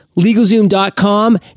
LegalZoom.com